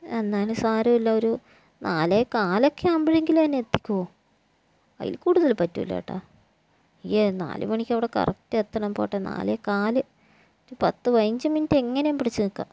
എന്നാലും സാരമില്ല ഒരു നാലേ കാലൊക്കെ ആവുമ്പോഴെങ്കിലും എന്നെ എത്തിക്കുവോ അതിൽ കൂടുതല് പറ്റില്ല ഏട്ടാ അയ്യേ നാലു മണിക്ക് അവിടെ കറക്റ്റ് എത്തണം പോട്ടെ നാലേ കാല് പത്ത് പതിനഞ്ച് മിനുട്ട് എങ്ങനെയും പിടിച്ച് നിൽക്കാം